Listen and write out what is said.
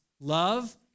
love